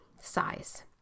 size